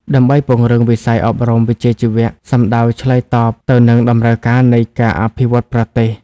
ដើម្បីពង្រឹងវិស័យអប់រំវិជ្ជាជីវៈ សំដៅឆ្លើយតបទៅនឹងតម្រូវការនៃការអភិវឌ្ឍប្រទេស។